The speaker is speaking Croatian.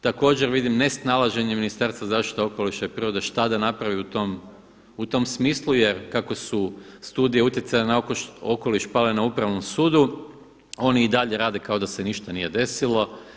Također vidim nesnalaženje Ministarstva zaštite okoliša i prirode šta da napravi u tom smislu jer kako su studije utjecaja na okoliš pale na upravnom sudu oni i dalje rade kao da se ništa nije desilo.